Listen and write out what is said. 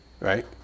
Right